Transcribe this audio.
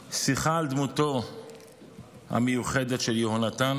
שיחה על דמותו המיוחדת של יהונתן,